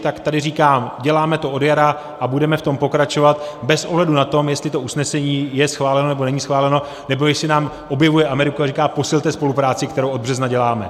Tak tady říkám, děláme to od jara a budeme v tom pokračovat bez ohledu na to, jestli to usnesení je schváleno, nebo není schváleno, nebo jestli nám objevuje Ameriku a říká, posilte spolupráci, kterou od března děláme.